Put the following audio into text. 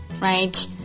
right